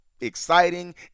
exciting